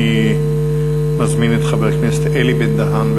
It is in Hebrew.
אני מזמין את חבר הכנסת אלי בן-דהן.